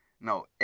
No